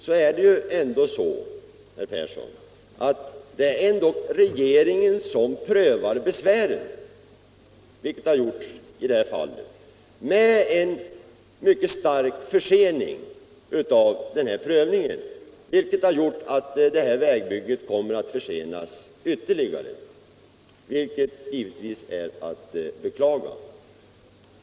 Det är ju ändå, herr Persson, regeringen som prövar besvären. I det här fallet har det skett med en mycket stark försening. Det har gjort att vägbygget kommer att försenas ytterligare, vilket givetvis är att beklaga.